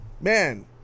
man